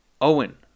Owen